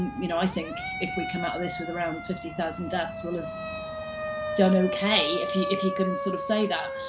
you know i think if we come out of this with around fifty thousand deaths, we'll have done okay, if you if you can sort of say that.